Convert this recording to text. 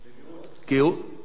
בוודאי.